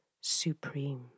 Supreme